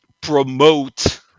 promote